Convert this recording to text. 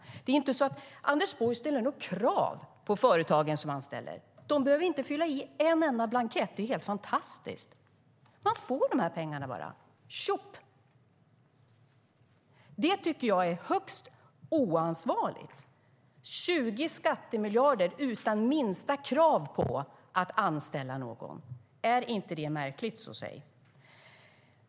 Det är inte så att Anders Borg ställer krav på företagen som anställer. De behöver inte fylla i en enda blankett. Det är helt fantastiskt! De får pengarna. Tjopp! Det är högst oansvarigt. Det är 20 skattemiljarder utan minsta krav på att anställa någon. Är inte det märkligt, så säg?